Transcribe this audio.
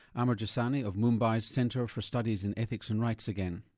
amar jesani of mumbai's centre for studies in ethics and rights again.